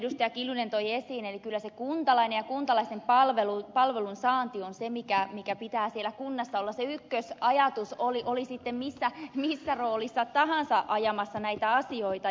anneli kiljunen toi esiin eli kyllä se kuntalainen ja kuntalaisen palvelunsaanti on se minkä pitää siellä kunnassa olla se ykkösajatus oli sitten missä roolissa tahansa ajamassa näitä asioita